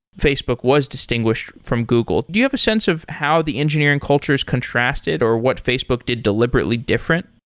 facebook was distinguished from google. do you have a sense of how the engineering culture is contrasted, or what facebook did deliberately different?